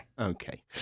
Okay